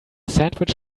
sandwich